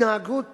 התנהגות